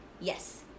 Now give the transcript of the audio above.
Yes